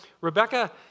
Rebecca